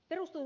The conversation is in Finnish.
jos eu